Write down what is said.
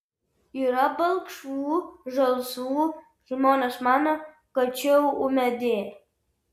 yra balkšvų žalsvų žmonės mano kad čia jau ūmėdė